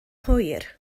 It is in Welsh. hwyr